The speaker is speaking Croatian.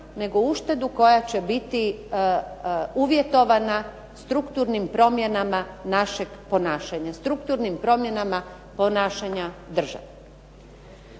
nego uštedu koja će biti uvjetovanja strukturnim promjenama našeg ponašanja, strukturnim promjenama ponašanja države.